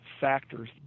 factors